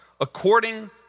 according